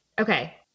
Okay